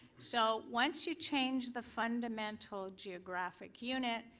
so once you change the fundamental geographic unit,